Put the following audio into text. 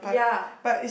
yeah